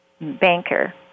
Banker